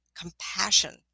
compassion